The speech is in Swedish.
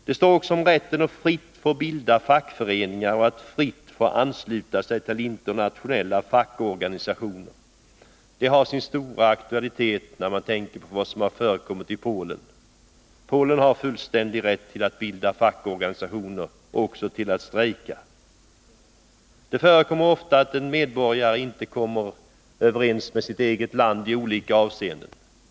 Det står också om rätten att fritt få bilda fackföreningar och att fritt få ansluta sig till internationella fackorganisationer. Det har stor aktualitet när man betänker vad som har förekommit i Polen. Polen har enligt FN:s stadgar full rätt att bilda fackorganisationer liksom att strejka. Det förekommer ofta att en medborgare i olika avseenden inte kommer överens med sitt eget land.